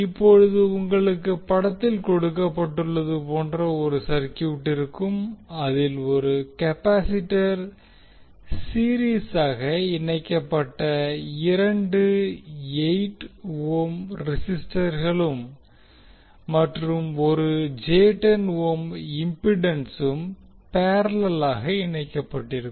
இப்போது உங்களுக்கு படத்தில் கொடுக்கப்பட்டுள்ளது போன்ற ஒரு சர்க்யூட் இருக்கும் அதில் ஒரு கெபாசிட்டர் சீரீஸாக இணைக்கப்பட்ட இரண்டு 8 ஓம் ரெசிஸ்டர்களுக்கும் மற்றும் ஒரு j 10 ஓம் இம்பிடன்சுக்கும் பேரல லாக இணைக்கப்பட்டிருக்கும்